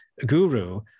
guru